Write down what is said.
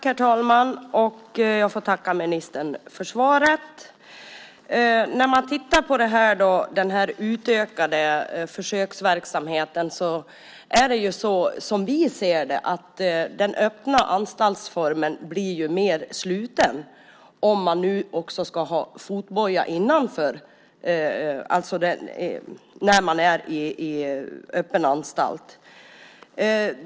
Herr talman! Jag får tacka ministern för svaret. Med den utökade försöksverksamheten blir som vi ser det den öppna anstaltsformen mer sluten om de intagna också ska ha fotboja när de är i öppen anstalt.